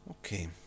Okay